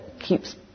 keeps